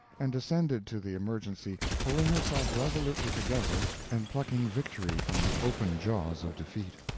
and descended to the emergency, pulling herself resolutely together and plucking victory from the open jaws of defeat.